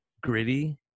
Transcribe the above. gritty